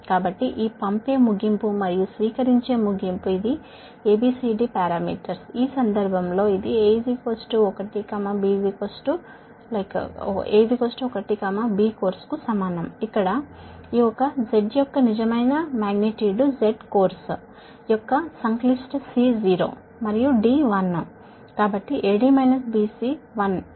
కాబట్టి ఈ పంపే ఎండ్ మరియు స్వీకరించే ఎండ్ అనగా ఇవి ABCD పారామీటర్స్ ఈ సందర్భంలో ఇది A 1 B కోర్సుకు సమానం ఇక్కడ ఈ A యొక్క నిజమైన క్వాంటిటీ దీని కోసంZ అనేది కాంప్లెక్స్ C0 మరియు D1